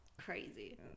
crazy